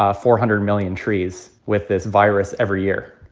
ah four hundred million trees with this virus every year.